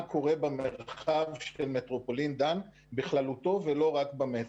שקורה במרחב של מטרופולין דן בכללותו ולא רק במטרו.